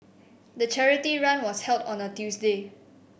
the charity run was held on a Tuesday